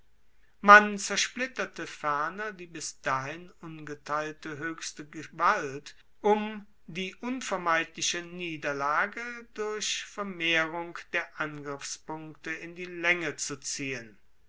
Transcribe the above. man zersplitterte ferner die bis dahin ungeteilte hoechste geaalt um die unvermeidliche niederlage durch vermehrung der angriffspunkte in die laenge zu ziehen